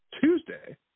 Tuesday